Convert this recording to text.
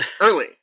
early